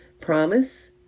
promise